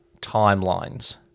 timelines